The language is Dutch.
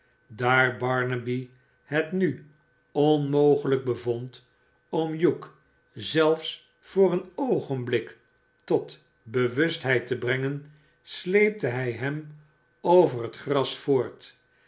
daar bamaby het nu onmogelijk bevond om hugh zelfs voor een oogenblik tot bewustheid te brengen sleepte hij hem over het gras voort